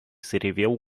заревел